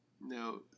Now